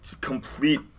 complete